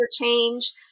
change